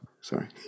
Sorry